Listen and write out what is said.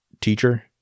teacher